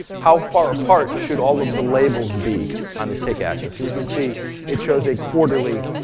how far apart should all of the labels be on the tick axis? so you can see it shows a quarterly